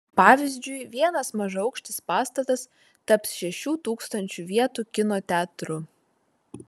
pavyzdžiui vienas mažaaukštis pastatas taps šešių tūkstančių vietų kino teatru